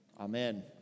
Amen